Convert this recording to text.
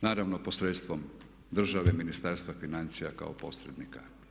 Naravno posredstvom države i Ministarstva financija kao posrednika.